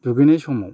दुगैनाय समाव